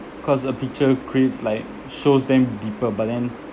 because a picture creates like shows them deeper but then